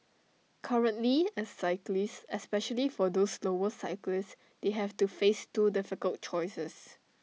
currently as cyclists especially for those slower cyclists they have to face two difficult choices